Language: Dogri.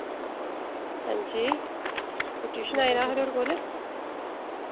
हांजी ओह् ट्यूशन आए दा हा थोआढ़े कोल